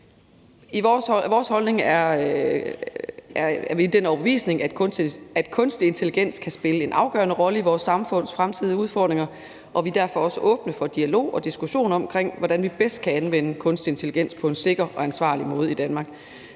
Vi er af den overbevisning, at kunstig intelligens kan spille en afgørende rolle i vores samfunds fremtidige udfordringer, og vi er derfor også åbne for dialog og diskussion omkring, hvordan vi bedst kan anvende kunstig intelligens på en sikker og ansvarlig måde i Danmark.